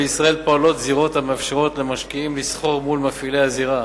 בישראל פועלות זירות המאפשרות למשקיעים לסחור מול מפעילי הזירה,